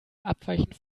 abweichend